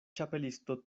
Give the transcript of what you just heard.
ĉapelisto